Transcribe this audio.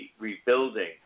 rebuilding